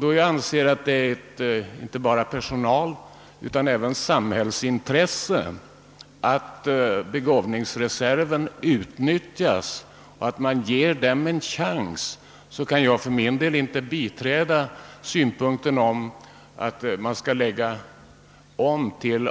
Då jag anser att det inte bara är ett personalintresse utan även ett samhällsintresse att begåvningsreserven utnyttjas och att man bör ge den en chans, kan jag för min del inte biträda en omläggning